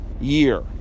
year